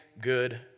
good